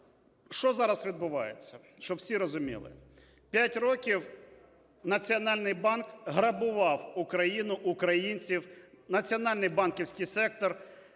Що зараз відбувається, щоб всі розуміли, 5 років Національний банк грабував Україну, українців, Національний банківський сектор